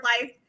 life